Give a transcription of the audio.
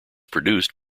produced